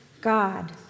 God